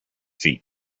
feet